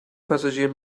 passagier